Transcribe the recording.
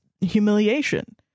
humiliation